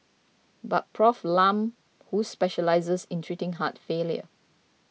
but Prof Lam who specialises in treating heart failure